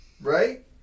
Right